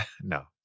No